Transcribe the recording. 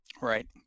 Right